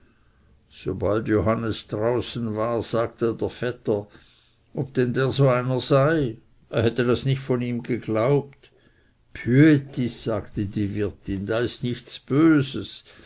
sobald johannes draußen war sagte der vetter ob denn der so einer sei er hätte das nicht von ihm geglaubt bhüetis sagte die wirtin da ist nichts böses